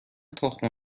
تخم